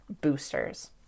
boosters